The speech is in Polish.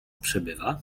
przebywa